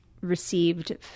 received